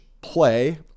play